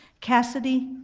cassidy,